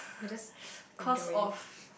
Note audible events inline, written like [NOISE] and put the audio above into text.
I just [BREATH] enjoyed it [BREATH]